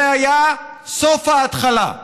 זה היה סוף ההתחלה,